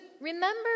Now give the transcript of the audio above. remember